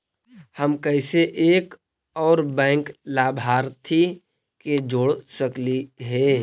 हम कैसे एक और बैंक लाभार्थी के जोड़ सकली हे?